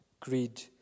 greed